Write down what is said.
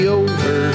over